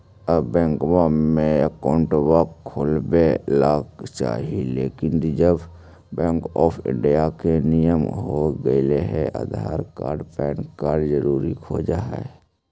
आब बैंकवा मे अकाउंट खोलावे ल चाहिए लेकिन रिजर्व बैंक ऑफ़र इंडिया के नियम हो गेले हे आधार कार्ड पैन कार्ड जरूरी खोज है?